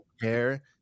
care